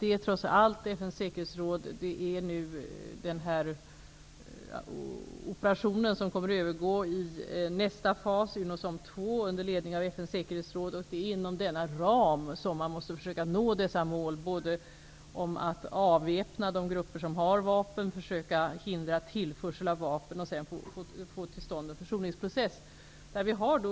Det är trots allt inom ramen för nästa fas av operationen, UNOSOM II, under ledning av FN:s säkerhetsråd, som man måste försöka nå målen att avväpna de grupper som har vapen och att försöka hindra tillförsel av vapen. Sedan måste man få till stånd en försoningsprocess.